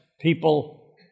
people